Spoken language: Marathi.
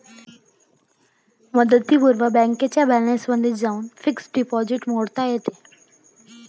मुदतीपूर्वीच बँकेच्या बॅलन्समध्ये जाऊन फिक्स्ड डिपॉझिट मोडता येते